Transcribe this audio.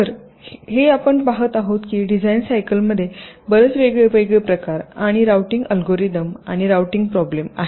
तर हे आपण पाहात आहोत की डिझाइन सायकलमध्ये बरेच वेगवेगळे प्रकार आणि राउटिंग अल्गोरिदम आणि राउटिंग प्रॉब्लेम आहेत